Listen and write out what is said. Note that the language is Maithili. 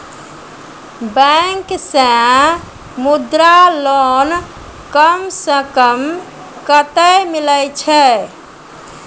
बैंक से मुद्रा लोन कम सऽ कम कतैय मिलैय छै?